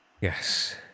Yes